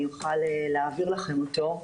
אני אוכל להעביר לכם אותו.